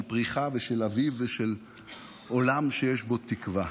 פריחה ושל אביב ושל עולם שיש בו תקווה.